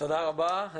תודה רבה.